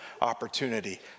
opportunity